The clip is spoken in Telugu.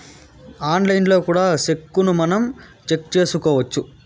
ఆన్లైన్లో కూడా సెక్కును మనం చెక్ చేసుకోవచ్చు